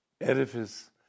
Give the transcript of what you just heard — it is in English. edifice